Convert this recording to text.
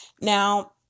Now